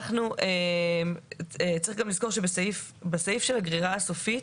צריך לזכור שבסעיף של הגרירה הסופית